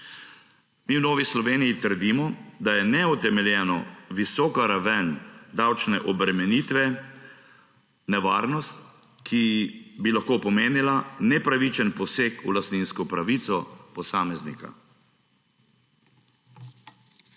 V Novi Sloveniji trdimo, da je neutemeljeno visoka raven davčne obremenitve nevarnost, ki bi lahko pomenila nepravičen poseg v lastninsko pravico posameznika.